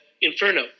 Inferno